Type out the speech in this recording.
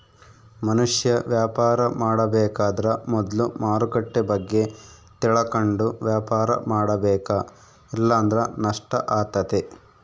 ಮನುಷ್ಯ ವ್ಯಾಪಾರ ಮಾಡಬೇಕಾದ್ರ ಮೊದ್ಲು ಮಾರುಕಟ್ಟೆ ಬಗ್ಗೆ ತಿಳಕಂಡು ವ್ಯಾಪಾರ ಮಾಡಬೇಕ ಇಲ್ಲಂದ್ರ ನಷ್ಟ ಆತತೆ